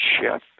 chef